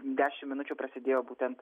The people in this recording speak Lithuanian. dešim minučių prasidėjo būtent